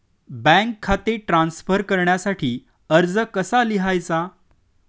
Bank खाते transfer करण्यासाठी अर्ज कसा लिहायचा?